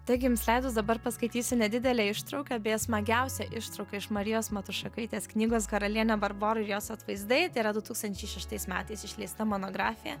taigi jums leidus dabar paskaitysiu nedidelę ištrauką beje smagiausia ištrauka iš marijos matušakaitės knygos karalienė barbora ir jos atvaizdai tai yra du tūkstančiai šeštais metais išleista monografija